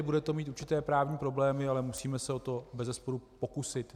Bude to mít určité právní problémy, ale musíme se o to bezesporu pokusit.